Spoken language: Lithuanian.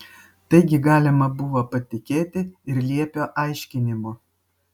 taigi galima buvo patikėti ir liepio aiškinimu